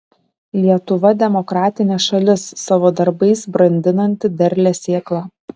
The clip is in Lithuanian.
lietuva demokratinė šalis savo darbais brandinanti derlią sėklą